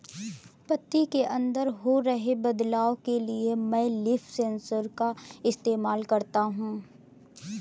पत्ती के अंदर हो रहे बदलाव के लिए मैं लीफ सेंसर का इस्तेमाल करता हूँ